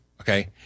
okay